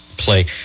play